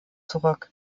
zurück